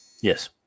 Yes